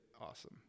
awesome